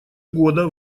года